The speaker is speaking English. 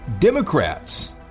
Democrats